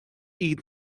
iad